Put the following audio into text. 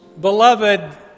Beloved